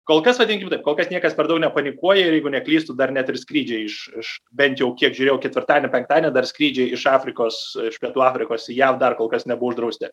kol kas vadinkim taip kol kas niekas per daug nepanikuoja ir jeigu neklystu dar net ir skrydžiai iš iš bent jau kiek žiūrėjau ketvirtadienį penktadienį dar skrydžiai iš afrikos pietų afrikos į jav dar kol kas nebuvo uždrausti